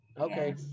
okay